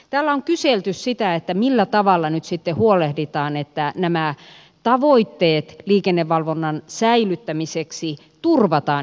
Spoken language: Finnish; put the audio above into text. täällä on kyselty sitä millä tavalla nyt sitten huolehditaan että nämä tavoitteet liikennevalvonnan säilyttämiseksi turvataan jatkossa